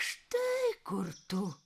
štai kur tu